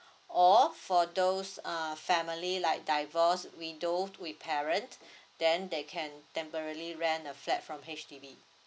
or for those err family like divorced widow with parent then they can temporarily rent a flat from H_D_B